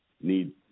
need